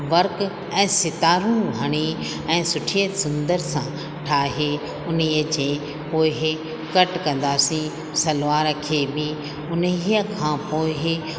work ऐं सितारूं हणी ऐं सुठीअ सुंदर सां ठाहे उन जे पोइ कट कंदासीं सलवार खे बि उन खां पोइ